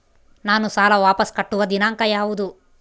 ನಾನು ಸಾಲ ವಾಪಸ್ ಕಟ್ಟುವ ದಿನಾಂಕ ಯಾವುದು?